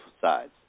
sides